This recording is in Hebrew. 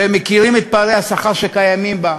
ומכירים את פערי השכר שקיימים בה,